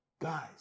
guys